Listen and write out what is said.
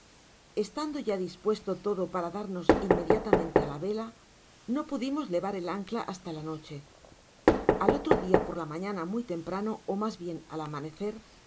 estando ya dispuesto todo para darnos inmediatamente á la vela no gudmosj levar el ancla hasta la noche al otro día por la mañana muy temprano o mas bien al amacer